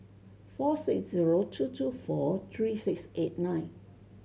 four six zero two two four three six eight nine